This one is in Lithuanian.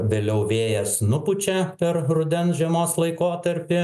vėliau vėjas nupučia per rudens žiemos laikotarpį